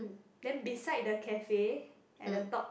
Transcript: then beside the cafe at the top